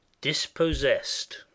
dispossessed